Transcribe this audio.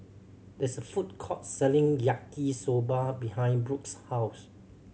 this a food court selling Yaki Soba behind Brooks' house